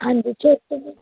ਹਾਂਜੀ ਛੇ ਵਜੇ